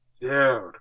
Dude